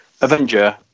Avenger